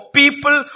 people